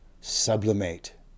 sublimate